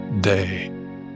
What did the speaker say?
day